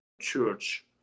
church